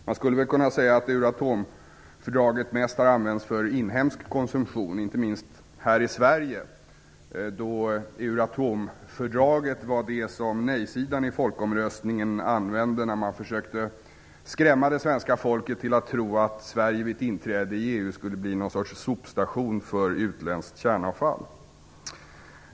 Man skulle kunna säga att Euratomfördraget mest har använts för inhemsk konsumtion, inte minst här i Sverige, då Euratomfördraget var det som nej-sidan i folkomröstningen använde när man försökte skrämma svenska folket att tro att Sverige vid ett inträde i EU skulle bli något slags sopstation för utländskt kärnavfall.